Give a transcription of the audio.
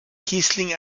kießling